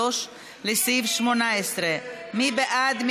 33, לסעיף 18. מי בעד?